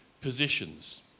positions